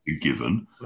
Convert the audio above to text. given